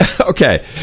Okay